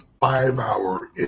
five-hour